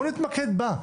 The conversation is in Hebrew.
בואו נתמקד בה.